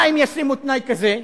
מה אם ישימו תנאי כזה?